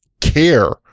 care